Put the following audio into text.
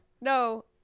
No